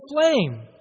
flame